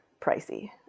pricey